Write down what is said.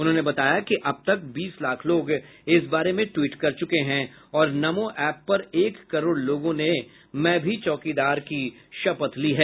उन्होंने बताया कि अब तक बीस लाख लोग इस बारे में ट्वीट कर चुके हैं और नमो एप पर एक करोड़ लोगों ने मैं भी चौकीदार शपथ ली है